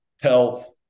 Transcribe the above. health